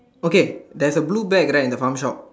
okay there's a blue bag right in the farm shop